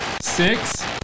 six